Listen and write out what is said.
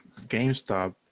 gamestop